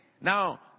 now